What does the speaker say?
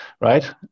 right